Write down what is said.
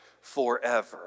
forever